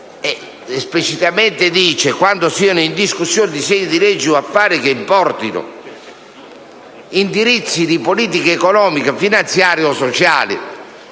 di parere del CNEL «quando siano in discussione disegni di legge o affari che importano indirizzi di politica economica, finanziaria e sociale».